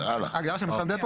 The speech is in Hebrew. ההגדרה של מתחם דפו,